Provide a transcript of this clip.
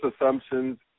assumptions